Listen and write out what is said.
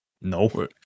No